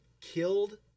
killed